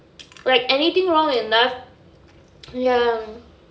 like anything wrong in life ya